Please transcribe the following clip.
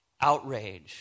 Outrage